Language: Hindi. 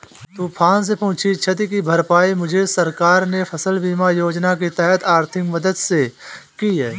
तूफान से पहुंची क्षति की भरपाई मुझे सरकार ने फसल बीमा योजना के तहत आर्थिक मदद से की है